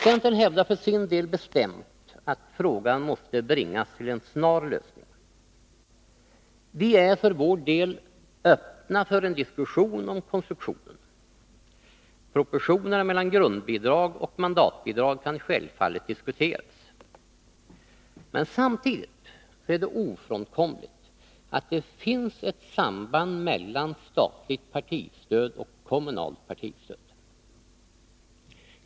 Centern hävdar för sin del bestämt att frågan måste bringas till en snar lösning. Vi är öppna för en diskussion om konstruktionen. Proportionerna mellan grundbidrag och mandatbidrag kan självfallet diskuteras. Samtidigt är det ofrånkomligt att det finns ett samband mellan statligt partistöd och kommunalt partistöd.